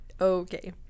okay